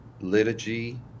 Liturgy